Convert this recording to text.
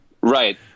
Right